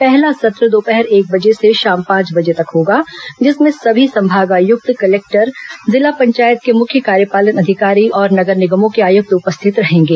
पहला सत्र दोपहर एक बजे से शाम पांच बजे तक होगा जिसमें सभी संभागायुक्त कलेक्टर जिला पंचायत के मुख्य कार्यपालन अधिकारी और नगर निगमों के आयुक्त उपस्थित रहेंगे